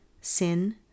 sin